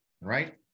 right